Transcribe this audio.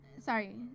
sorry